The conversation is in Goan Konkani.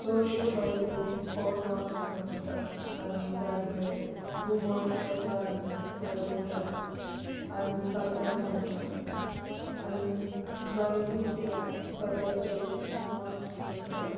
चडश्यो बायलो हो नाच नाचतात आनी दादले घुमट कसाळीं वाजयतात आनी कातरां म्हणटात आनी बायलो त्या पदाचेर नाच नाचतात